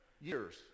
years